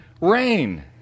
rain